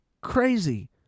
crazy